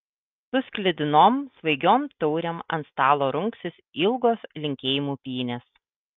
su sklidinom svaigiom taurėm ant stalo rungsis ilgos linkėjimų pynės